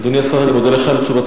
אדוני השר, אני מודה לך על תשובתך.